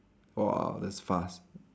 !whoa! that's fast